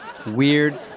Weird